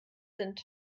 sind